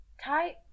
Thai